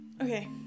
Okay